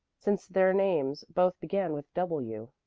since their names both began with w.